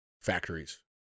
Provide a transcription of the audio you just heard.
factories